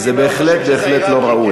לא,